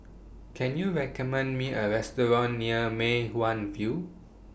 Can YOU recommend Me A Restaurant near Mei Hwan View